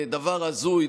דבר הזוי,